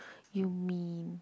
you mean